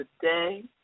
today